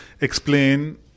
explain